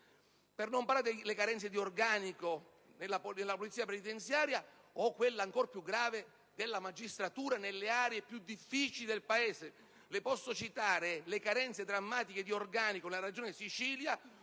Per non parlare poi delle carenze di organico della polizia penitenziaria o di quella ancor più grave della magistratura nelle aree più difficili del Paese. Le posso citare le carenze drammatiche di organico nella Regione Sicilia,